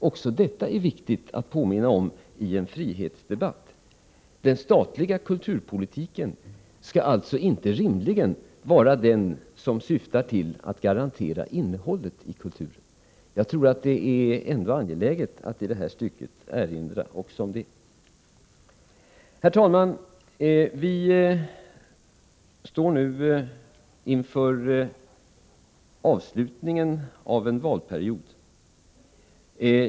Även detta är viktigt att påminna om i en frihetsdebatt. Den statliga kulturpolitiken skall alltså inte rimligen vara den som syftar till att garantera innehållet i kulturen. Jag tror att det är angeläget att i det stycket erinra också om det. Herr talman! Vi står nu inför avslutningen av en valperiod.